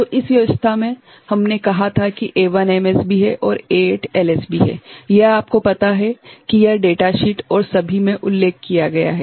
तो इस व्यवस्था में हमने कहा था कि A1 MSB है और A8 LSB है यह आपको पता है कि यह डेटा शीट और सभी में उल्लेख किया गया है